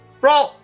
Roll